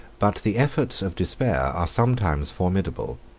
but the efforts of despair are sometimes formidable,